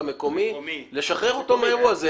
המקומי יש לשחרר אותו מן האירוע הזה.